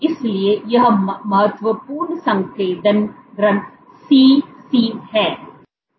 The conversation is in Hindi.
इसलिए यह महत्वपूर्ण संकेंद्रण Cc है